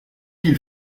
qu’il